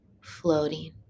floating